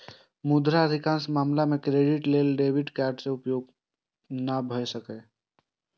मुदा अधिकांश मामला मे क्रेडिट लेल डेबिट कार्डक उपयोग नै भए सकैए